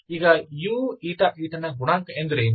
ಈಗ uηη ನ ಗುಣಾಂಕ ಎಂದರೇನು